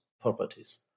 properties